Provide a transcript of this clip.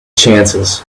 chances